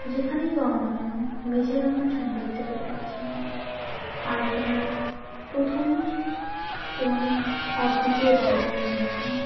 যেখানেই করো না কেন মেঝের মতন সৌন্দর্য কোথাও আসে না আলপনার প্রথম এবং অদ্বিতীয় জায়গা হলো মেঝে